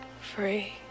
Free